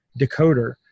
decoder